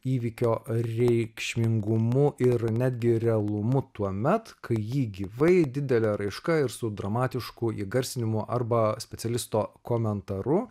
įvykio reikšmingumu ir netgi realumu tuomet kai jį gyvai didele raiška ir su dramatišku įgarsinimu arba specialisto komentaru